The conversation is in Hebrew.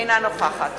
אינה נוכחת